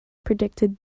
predicted